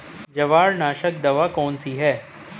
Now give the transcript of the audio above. जवारनाशक दवा कौन सी है?